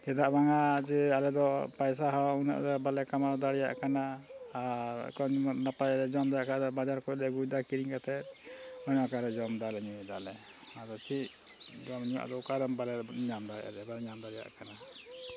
ᱪᱮᱫᱟᱜ ᱵᱟᱝᱟ ᱡᱮ ᱟᱞᱮᱫᱚ ᱯᱟᱭᱥᱟ ᱦᱚᱸ ᱩᱱᱟᱹᱜ ᱨᱮ ᱵᱟᱞᱮ ᱠᱟᱢᱟᱣ ᱫᱟᱲᱮᱭᱟᱜ ᱠᱟᱱᱟ ᱟᱨ ᱱᱟᱯᱟᱭ ᱞᱮ ᱡᱚᱢ ᱫᱟᱲᱮᱭᱟᱜ ᱠᱷᱟᱡ ᱵᱟᱡᱟᱨ ᱠᱷᱚᱡᱞᱮ ᱟᱹᱜᱩᱭᱮᱫᱟ ᱠᱤᱨᱤᱧ ᱠᱟᱛᱮᱜ ᱚᱱᱮ ᱚᱠᱟᱨᱮ ᱡᱚᱢ ᱫᱟᱞᱮ ᱧᱩᱭᱮᱫᱟᱞᱮ ᱟᱫᱚ ᱪᱮᱫ ᱡᱚᱢ ᱧᱩ ᱟᱫᱚ ᱚᱠᱟᱨᱮᱢ ᱵᱟᱞᱮ ᱧᱟᱢ ᱫᱟᱲᱮᱭᱟᱜ ᱞᱮ ᱵᱟᱞᱮ ᱧᱟᱢ ᱫᱟᱲᱮᱭᱟᱜ ᱠᱟᱱᱟ